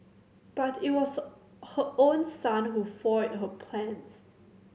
but it was her own son who foiled her plans